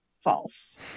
false